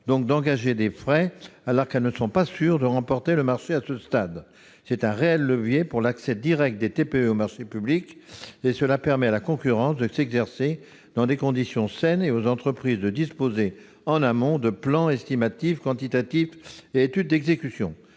donc d'engager des frais sans avoir la certitude à ce stade de remporter le marché. C'est un réel levier pour l'accès direct des TPE aux marchés publics. Cela permet à la concurrence de s'exercer dans des conditions saines et aux entreprises de disposer en amont de plans estimatifs, quantitatifs et études d'exécution.